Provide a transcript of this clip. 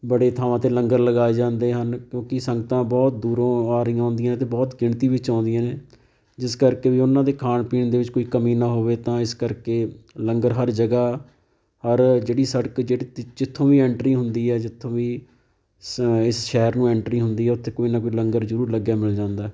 ਬੜੇ ਥਾਵਾਂ 'ਤੇ ਲੰਗਰ ਲਗਾਏ ਜਾਂਦੇ ਹਨ ਕਿਉਂਕਿ ਸੰਗਤਾਂ ਬਹੁਤ ਦੂਰੋਂ ਆ ਰਹੀਆਂ ਹੁੰਦੀਆਂ ਅਤੇ ਬਹੁਤ ਗਿਣਤੀ ਵਿੱਚ ਆਉਂਦੀਆਂ ਨੇ ਜਿਸ ਕਰਕੇ ਵੀ ਉਹਨਾਂ ਦੇ ਖਾਣ ਪੀਣ ਦੇ ਵਿੱਚ ਕੋਈ ਕਮੀ ਨਾ ਹੋਵੇ ਤਾਂ ਇਸ ਕਰਕੇ ਲੰਗਰ ਹਰ ਜਗ੍ਹਾ ਹਰ ਜਿਹੜੀ ਸੜਕ ਜਿਹੜੀ ਜਿ ਜਿੱਥੋਂ ਵੀ ਐਂਟਰੀ ਹੁੰਦੀ ਹੈ ਜਿੱਥੋਂ ਵੀ ਇਸ ਸ਼ਹਿਰ ਨੂੰ ਐਂਟਰੀ ਹੁੰਦੀ ਉੱਥੇ ਕੋਈ ਨਾ ਕੋਈ ਲੰਗਰ ਜ਼ਰੂਰ ਲੱਗਿਆ ਮਿਲ ਜਾਂਦਾ